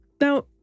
Now